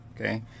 Okay